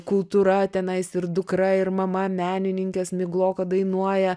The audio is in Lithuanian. kultūra tenais ir dukra ir mama menininkės migloko dainuoja